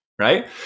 right